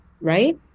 right